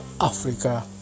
Africa